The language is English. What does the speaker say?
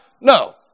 No